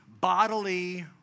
bodily